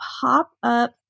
pop-up